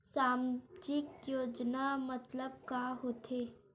सामजिक योजना मतलब का होथे?